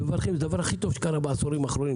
זה הדבר הכי טוב שקרה בעשורים האחרונים,